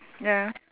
ya